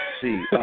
see